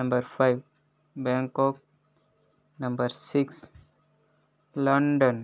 number five Bangkok number six London